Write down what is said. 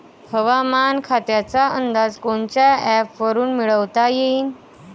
हवामान खात्याचा अंदाज कोनच्या ॲपवरुन मिळवता येईन?